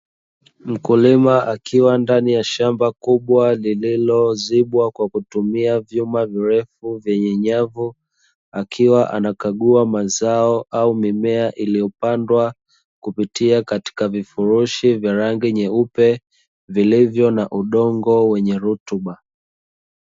Mkulima akiwa ndani ya shamba kubwa, lililozibwa kwa kutumia vyuma virefu vyenye nyavu, akiwa anakagua mazao au mimea iliyopandwa kupitia katika vifurushi vya rangi nyeupe vilivyo na udongo wenye rutuba.